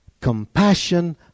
Compassion